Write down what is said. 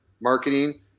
marketing